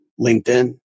LinkedIn